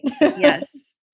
Yes